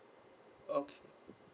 okay